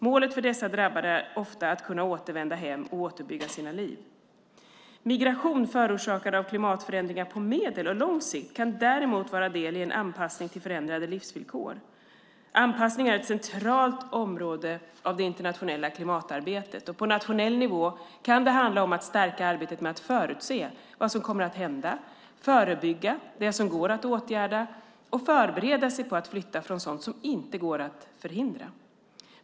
Målet för dessa drabbade är ofta att kunna återvända hem och återbygga sina liv. Migration förorsakad av klimatförändringar på medellång och lång sikt kan däremot vara del i en anpassning till förändrade livsvillkor. Anpassning är ett centralt område av det internationella klimatarbetet. På nationell nivå kan det handla om att stärka arbetet med att förutse vad som kommer att hända, förebygga det som går att åtgärda och förbereda sig på att flytta från sådant som inte går att förhindra.